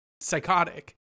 psychotic